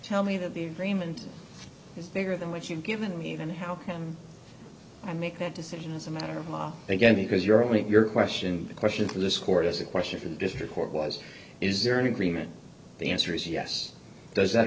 tell me that the agreement is bigger than what you've given me then how can i make that decision as a matter of law again because you're only if your question the question to this court is a question for the district court was is there any agreement the answer is yes does that